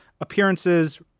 appearances